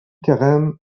carême